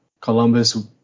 Columbus